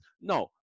No